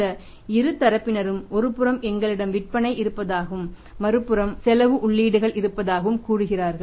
இந்த இரு தரப்பினரும் ஒருபுறம் எங்களிடம் விற்பனை இருப்பதாகவும் மறுபுறம் செலவு உள்ளீடுகள் இருப்பதாகவும் கூறுகிறார்கள்